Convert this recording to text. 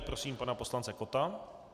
Prosím pana poslance Kotta.